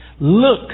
look